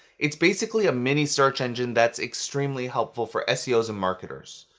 it's basically a mini search engine that's extremely helpful for seos and marketers.